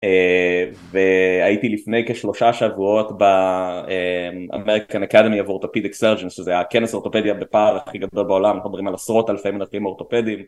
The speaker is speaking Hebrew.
והייתי לפני כשלושה שבועות באמריקן אקדמי אבורטופיד אקסרג'נס שזה היה הכנס אורטופדיה בפער הכי גדול בעולם, אנחנו מדברים על עשרות אלפי מנתחים אורטופדים